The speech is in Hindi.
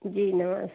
जी नमस